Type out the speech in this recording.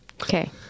Okay